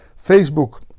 Facebook